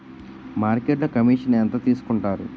మార్కెట్లో కమిషన్ ఎంత తీసుకొంటారు?